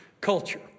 culture